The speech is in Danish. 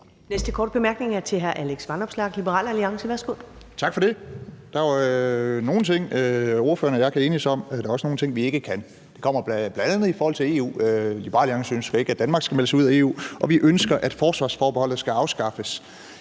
næste korte bemærkning er til hr. Alex Vanopslagh, Liberal Alliance. Værsgo. Kl. 17:08 Alex Vanopslagh (LA) : Tak for det. Der er jo nogle ting, ordføreren og jeg kan enes om, og der er også nogle ting, vi ikke kan. Det kommer bl.a. i forhold til EU. Liberal Alliance ønsker ikke, at Danmark skal meldes ud af EU, og vi ønsker, at forsvarsforbeholdet skal afskaffes.